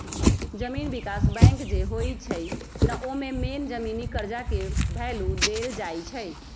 जमीन विकास बैंक जे होई छई न ओमे मेन जमीनी कर्जा के भैलु देल जाई छई